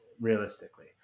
Realistically